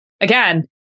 again